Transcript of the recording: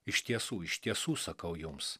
iš tiesų iš tiesų sakau jums